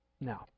Now